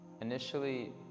initially